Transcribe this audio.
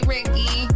Ricky